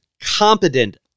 competent